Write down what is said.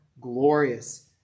glorious